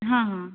हाँ हाँ